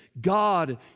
God